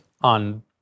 on